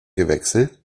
gewechselt